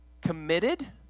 Committed